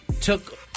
took